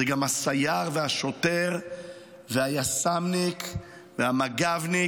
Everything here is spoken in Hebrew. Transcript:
זה גם הסייר והשוטר והיס"מניק והמג"בניק,